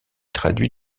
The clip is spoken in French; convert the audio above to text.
traduit